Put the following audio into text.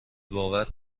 باور